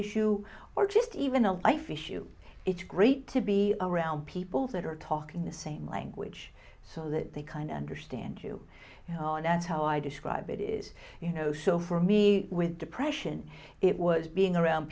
issue or just even a life issue it's great to be around people that are talking the same language so that they kind of understand you on and how i describe it is you know so for me with depression it was being around